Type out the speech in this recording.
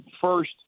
First